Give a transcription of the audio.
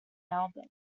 album